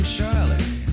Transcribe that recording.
Charlie